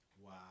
Wow